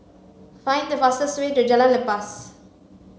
find the fastest way to Jalan Lepas